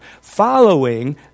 following